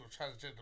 transgender